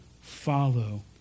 follow